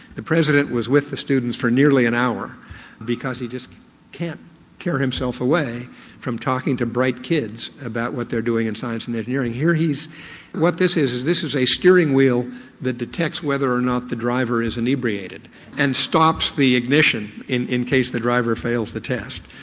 the president was with the students for nearly an hour because he just can't tear himself away from talking to bright kids about what they're doing in science and engineering. what this what this is is this is a steering wheel that detects whether or not the driver is inebriated and stops the ignition in in case the driver fails the test.